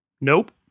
Nope